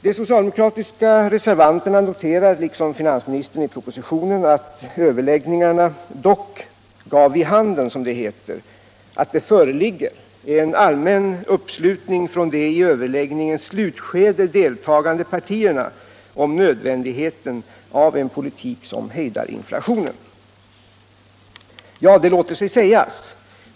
De socialdemokratiska reservanterna noterar liksom finansministern i propositionen att överläggningarna dock gav vid handen, som det heter, att det föreligger en allmän uppslutning från de i överläggningens slutskede deltagande partierna om nödvändigheten av en politik som hejdar inflationen. Ja, det låter sig sägas.